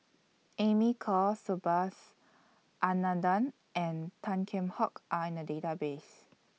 Amy Khor Subhas Anandan and Tan Kheam Hock Are in The Database